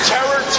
Terror